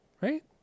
right